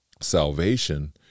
salvation